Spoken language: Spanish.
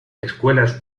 escuelas